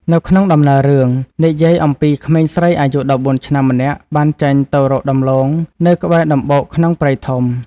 នៅក្នុងដំណើររឿង និយាយអំពីក្មេងស្រីអាយុ១៤ឆ្នាំម្នាក់បានចេញទៅរកដំឡូងនៅក្បែរដំបូកក្នុងព្រៃធំ។